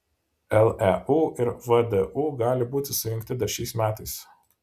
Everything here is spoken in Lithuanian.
leu ir vdu gali būti sujungti dar šiais metais